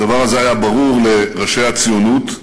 הדבר הזה היה ברור לראשי הציונות,